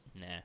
nah